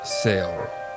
sale